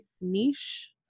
niche